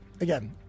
again